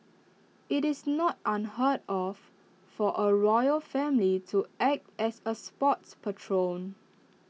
IT is not unheard of for A royal family to act as A sports patron